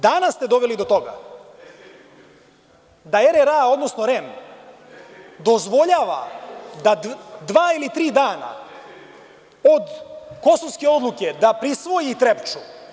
Danas ste doveli do toga da RRA, odnosno REM dozvoljava da dva ili tri dana od kosovske odluke, da prisvoji Trepču.